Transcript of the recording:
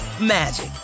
magic